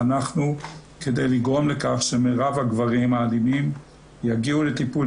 ואנחנו כדי לגרום לכך שמירב הגברים האלימים יגיעו לטיפול,